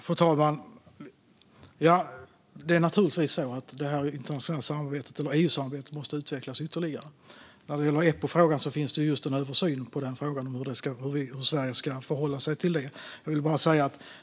Fru talman! Det internationella samarbetet och EU-samarbetet måste naturligtvis utvecklas ytterligare. När det gäller frågan om Eppo pågår just en översyn av hur Sverige ska förhålla sig till den.